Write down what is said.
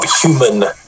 human